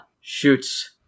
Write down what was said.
shoots